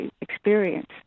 experience